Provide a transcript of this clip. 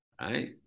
Right